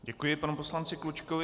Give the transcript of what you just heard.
Děkuji panu poslanci Klučkovi.